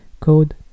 Code